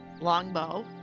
Longbow